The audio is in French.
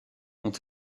ont